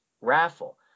raffle